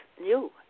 new